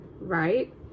right